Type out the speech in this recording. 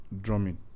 drumming